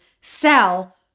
sell